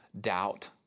doubt